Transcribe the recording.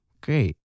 Great